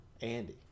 Andy